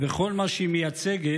וכל מה שהיא מייצגת